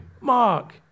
Mark